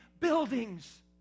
buildings